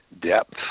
depth